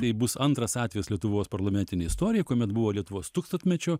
tai bus antras atvejis lietuvos parlamentinėj istorijoj kuomet buvo lietuvos tūkstantmečio